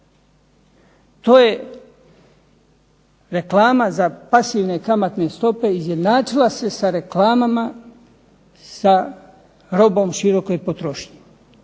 To je reklama za pasivne kamatne stope izjednačila se sa reklamama sa robom široke potrošnje.